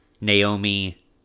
Naomi